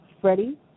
Freddie